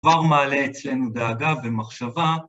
‫כבר מעלה אצלנו דאגה ומחשבה.